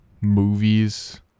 movies